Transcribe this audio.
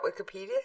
Wikipedia